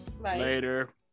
Later